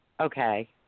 Okay